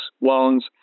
loans